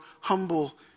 humble